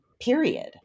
period